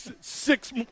six